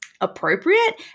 appropriate